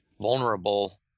vulnerable